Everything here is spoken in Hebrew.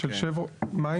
מים?